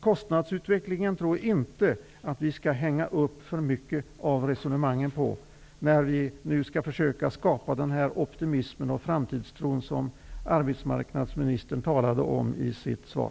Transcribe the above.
Jag tror således inte att vi skall hänga upp för mycket av resonemanget på kostnadsutvecklingen när vi nu skall försöka skapa den optimism och framtidstro som arbetsmarknadsministern talade om i sitt svar.